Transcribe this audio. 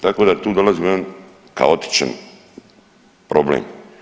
Tako da tu dolazimo u jedan kaotičan problem.